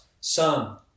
Son